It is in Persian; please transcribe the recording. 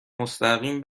مستقیم